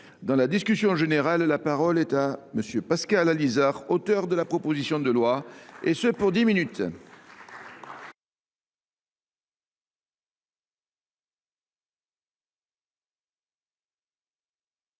Dans la discussion générale, la parole est à M. Pascal Allizard, auteur de la proposition de loi. Monsieur le